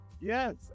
yes